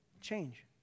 change